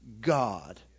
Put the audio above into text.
God